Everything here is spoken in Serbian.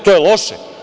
To je loše?